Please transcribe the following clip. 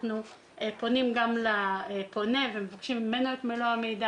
אנחנו פונים גם לפונה ומבקשים ממנו את מלוא המידע